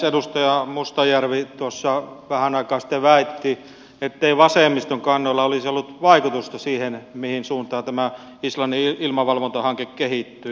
edustaja mustajärvi tuossa vähän aikaa sitten väitti ettei vasemmiston kannoilla olisi ollut vaikutusta siihen mihin suuntaan tämä islannin ilmavalvontahanke kehittyi